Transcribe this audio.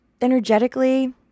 energetically